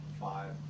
five